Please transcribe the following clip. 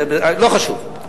לא חשוב.